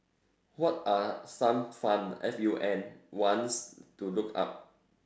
what are some fun fun F U N ones to look up